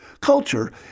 culture